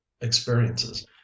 experiences